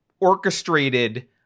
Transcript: Orchestrated